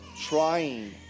trying